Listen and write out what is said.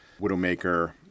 Widowmaker